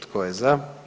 Tko je za?